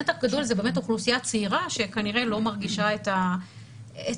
נתח גדול זאת אוכלוסייה צעירה שכנראה לא מרגישה את האיום